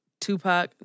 Tupac